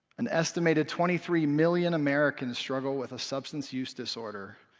an estimated twenty three million americans struggle with a substance-use disorder,